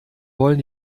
wollen